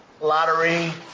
lottery